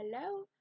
hello